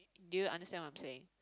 do you understand what I'm saying